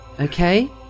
Okay